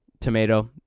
Tomato